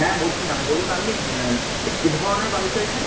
হ্যাঁ বলছিলাম বলুন আপনি ঠিক কী ধরণের বাড়ি চাইছেন